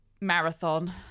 marathon